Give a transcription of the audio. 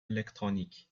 électronique